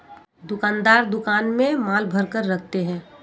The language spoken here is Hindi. दुकानदार दुकान में माल भरकर रखते है